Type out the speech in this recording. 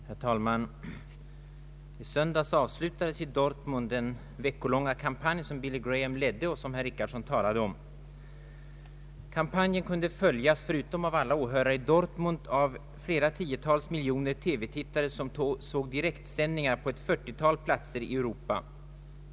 Herr talman! I söndags avslutades i Dortmund den veckolånga kampanj som Billy Graham ledde och som herr Richardson nyss talade om. Kampanjen kunde följas förutom av alla åhörare i Dortmund av flera tiotal miljoner TV-tittare som såg direktsändningar på ett 40-tal platser i Europa.